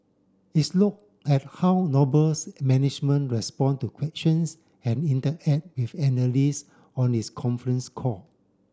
its looked at how Noble's management respond to questions and interact with analysts on its conference call